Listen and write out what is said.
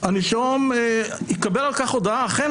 הנישום יקבל על כך הודעה: אכן,